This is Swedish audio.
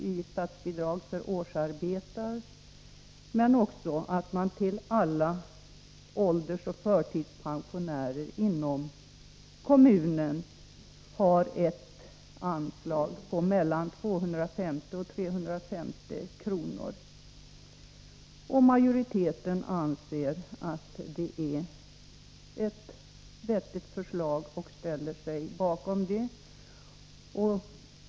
i statsbidrag för årsarbetare och för alla åldersoch förtidspensionärer inom kommunen ett bidrag på mellan 250 och 350 kr. Majoriteten anser att det är ett vettigt förslag och ställer sig bakom det.